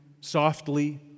softly